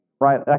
right